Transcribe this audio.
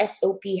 SOP